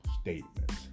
statements